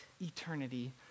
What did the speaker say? eternity